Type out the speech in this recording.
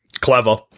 Clever